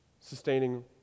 sustaining